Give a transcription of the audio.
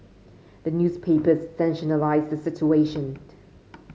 the newspapers the situation